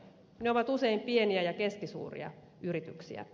ne ovat usein pieniä ja keskisuuria yrityksiä